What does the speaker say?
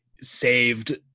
saved